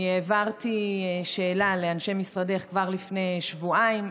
אני העברתי שאלה לאנשי משרדך כבר לפני שבועיים.